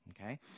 Okay